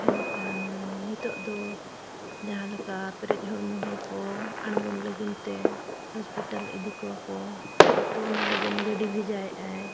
ᱮᱱᱠᱷᱟᱱ ᱱᱤᱛᱳᱜ ᱫᱚ ᱡᱟᱦᱟᱸ ᱞᱮᱠᱟ ᱯᱮᱨᱮᱡ ᱦᱚᱲᱢᱚ ᱦᱚᱲ ᱠᱚ ᱟᱬᱜᱚᱱ ᱞᱟᱹᱜᱤᱫ ᱛᱮ ᱦᱚᱥᱯᱤᱴᱟᱞ ᱤᱫᱤ ᱠᱚᱣᱟ ᱠᱚ ᱛᱚ ᱚᱱᱟ ᱞᱟᱹᱜᱤᱫ ᱜᱟᱹᱰᱤ ᱵᱷᱮᱡᱟᱭᱮᱜ ᱟᱭ